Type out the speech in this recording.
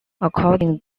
according